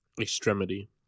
extremity